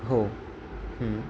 हो